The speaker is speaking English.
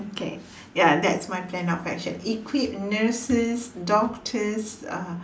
okay ya that's my plan of action equip nurses doctors uh